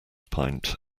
pint